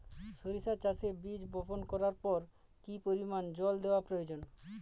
সরিষা চাষে বীজ বপন করবার পর কি পরিমাণ জল দেওয়া প্রয়োজন?